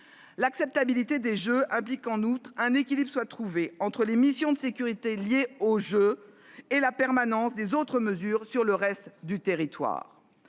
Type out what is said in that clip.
L'acceptabilité des Jeux implique en outre qu'un équilibre soit trouvé entre les missions de sécurité liées aux Jeux et la permanence des autres mesures sur le reste du territoire.